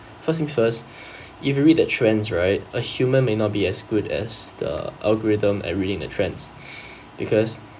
first things first if you read the trends right a human may not be as good as the algorithm at reading the trends because